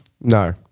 No